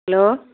hello